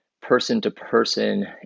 person-to-person